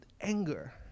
anger